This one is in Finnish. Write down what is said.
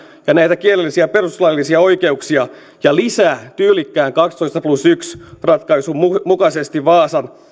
ja näitä perustuslaillisia kielellisiä oikeuksia ja lisää tyylikkään kaksitoista plus yksi ratkaisun mukaisesti vaasan